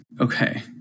okay